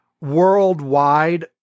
worldwide